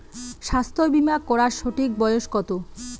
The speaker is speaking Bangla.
স্বাস্থ্য বীমা করার সঠিক বয়স কত?